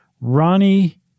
Ronnie